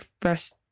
first